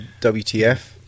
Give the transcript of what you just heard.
WTF